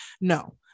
no